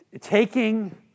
taking